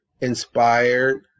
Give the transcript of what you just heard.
inspired